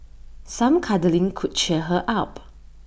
some cuddling could cheer her up